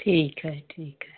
ठीक है ठीक है